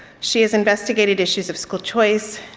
she has investigated issues of school choice,